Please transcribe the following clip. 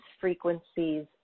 frequencies